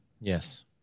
Yes